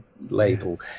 label